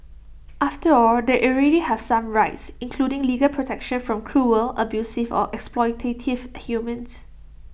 after all they already have some rights including legal protection from cruel abusive or exploitative humans